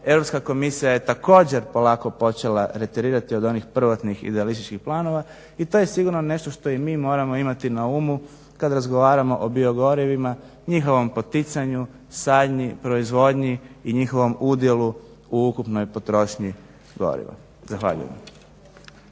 Europska komisija je također polako počela reterirati od onih prvotnih idealističkih planova i to je sigurno nešto što i mi moramo imati na umu kad razgovaramo o biogorivima, njihovom poticanju, sadnji, proizvodnji i njihovom udjelu u ukupnoj potrošnji goriva. Zahvaljujem.